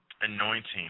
anointing